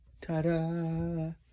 Ta-da